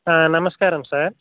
నమస్కారం సార్